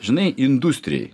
žinai industrijai